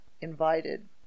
invited